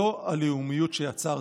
זו הלאומיות שיצרתם.